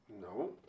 No